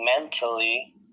mentally